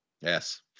Yes